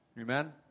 Amen